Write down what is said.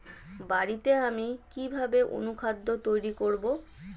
বাড়িতে আমি কিভাবে অনুখাদ্য তৈরি করব?